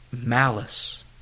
malice